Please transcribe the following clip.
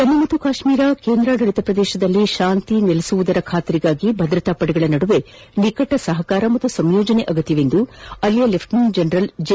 ಜಮ್ಮು ಮತ್ತು ಕಾಶ್ಮೀರ ಕೇಂದ್ರಾಡಳಿತ ಪ್ರದೇಶದಲ್ಲಿ ಶಾಂತಿ ನೆಲೆಸುವುದರ ಖಾತರಿಗಾಗಿ ಭದ್ರತಾ ಪಡೆಗಳ ನಡುವೆ ನಿಕಟ ಸಹಕಾರ ಮತ್ತು ಸಂಯೋಜನೆ ಅಗತ್ಯವೆಂದು ಅಲ್ಲಿಯ ಲೆಫ್ಟಿನೆಂಟ್ ಜನರಲ್ ಜಿ